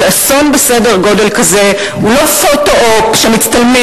שאסון בסדר גודל כזה הוא לא פוטו-אופ שמצטלמים